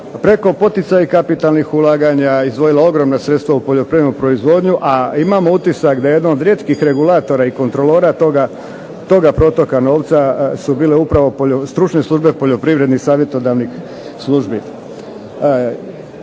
preko poticaja i kapitalnih ulaganja izdvojila ogromna sredstva u poljoprivrednu proizvodnju, a imamo utisak da jedan od rijetkih regulatora i kontrolora toga protoka novca su bile upravo stručne službe poljoprivrednih savjetodavnih službi.